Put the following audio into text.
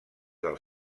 del